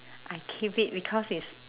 I keep it because is